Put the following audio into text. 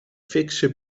fikse